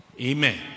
Amen